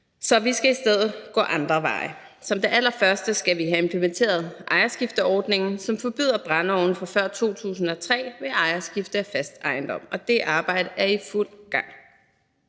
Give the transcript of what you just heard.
Så vi skal i stedet gå andre veje. Som det allerførste skal vi have implementeret ejerskifteordningen, som forbyder brændeovne fra før 2003 ved ejerskifte af fast ejendom, og det arbejde er i fuld gang.